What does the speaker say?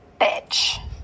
bitch